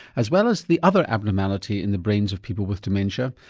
as well as the other abnormality in the brains of people with dementia,